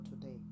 today